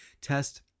Test